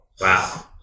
Wow